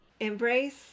Embrace